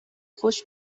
خوش